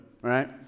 right